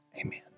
Amen